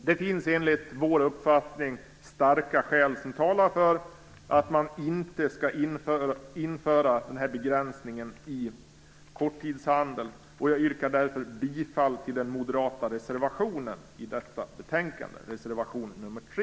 Det finns enligt vår uppfattning starka skäl för att inte införa denna begränsning i korttidshandeln, och jag yrkar därför bifall till den moderata reservationen i detta betänkande, reservation nr 3.